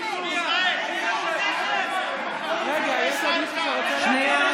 שנייה, שנייה,